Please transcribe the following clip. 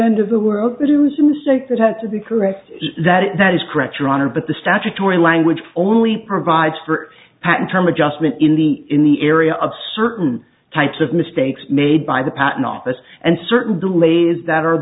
end of the world that it was music that had to be corrected that it that is correct your honor but the statutory language only provides for patent term adjustment in the in the area of certain types of mistakes made by the patent office and certain delays that are